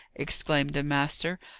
exclaimed the master,